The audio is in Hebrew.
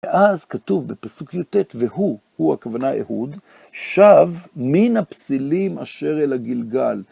ואז, כתוב בפסוק יט והוא, והוא הכוונה אהוד, שב מן הפסילים אשר אל הגילגל.